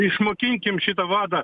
išmokinkim šito vadą